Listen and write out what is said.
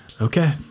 Okay